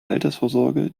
altersvorsorge